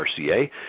RCA